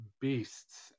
beasts